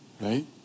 right